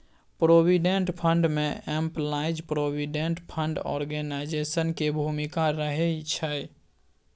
provident fund में employees provident fund organisation के भूमिका रहइ छइ